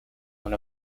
one